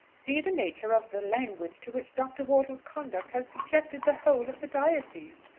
see the nature of the language to which dr. wortle's conduct has subjected the whole of the diocese!